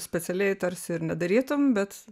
specialiai tarsi ir nedarytum bet